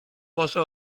może